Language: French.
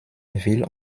ville